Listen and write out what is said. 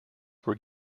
were